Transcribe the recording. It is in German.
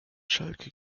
schalke